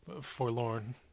Forlorn